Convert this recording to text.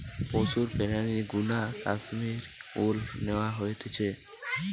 পশুর প্রাণীর গা নু কাশ্মীর উল ন্যাওয়া হতিছে